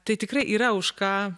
tai tikrai yra už ką